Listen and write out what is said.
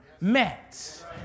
met